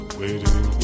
waiting